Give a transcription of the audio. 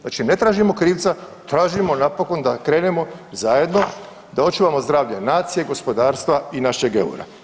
Znači ne tražimo kriva, tražimo napokon da krenemo zajedno da očuvamo zdravlje nacije, gospodarstva i naše eura.